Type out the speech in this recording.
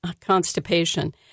constipation